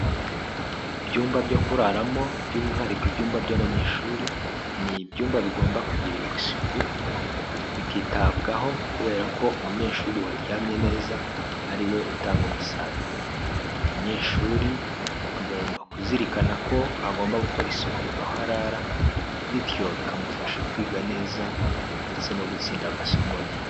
Ibyumba byo kuraramo by'umwihariko ibyumba by'abanyeshuri, ni ibyumba bigomba kugirirwa isuku bikitabwaho kubera ko umunyeshuri waryamye neza ari we utanga umusaruro, umunyeshuri agomba kuzirikana ko agomba gukora isuku aho arara bityo bikamufasha kwiga neza ndetse no gutsinda amasomo ye.